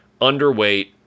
Underweight